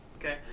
Okay